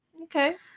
okay